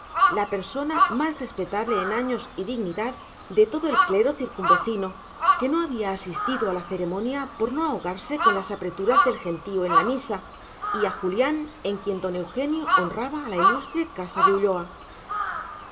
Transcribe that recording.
de loiro la persona más respetable en años y dignidad de todo el clero circunvecino que no había asistido a la ceremonia por no ahogarse con las apreturas del gentío en la misa y a julián en quien don eugenio honraba a la ilustre casa de ulloa